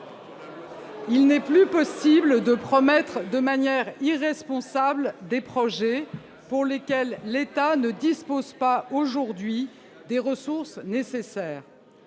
Il n'est plus possible de promettre de manière irresponsable des projets pour lesquels l'État ne dispose pas aujourd'hui des ressources nécessaires.